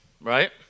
right